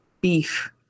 beef